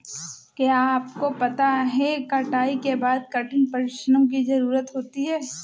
क्या आपको पता है कटाई के बाद कठिन श्रम की ज़रूरत होती है?